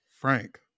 frank